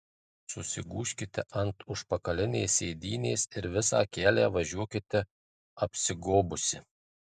susigūžkite ant užpakalinės sėdynės ir visą kelią važiuokite apsigobusi